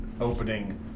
opening